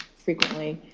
frequently.